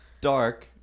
dark